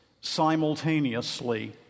simultaneously